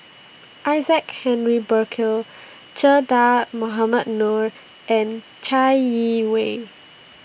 Isaac Henry Burkill Che Dah Mohamed Noor and Chai Yee Wei